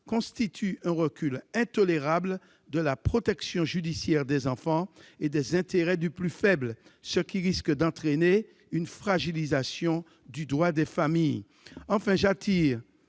constitue un recul intolérable de la protection judiciaire des enfants et des intérêts du plus faible, ce qui risque d'entraîner une fragilisation du droit de la famille. Enfin, mes